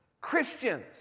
Christians